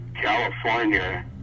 California